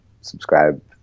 Subscribe